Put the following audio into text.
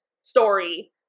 story